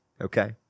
Okay